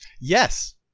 Yes